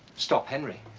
stop henry.